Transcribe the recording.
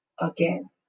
again